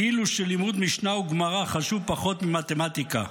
כאילו שלימוד משנה וגמרא חשוב פחות ממתמטיקה.